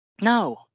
No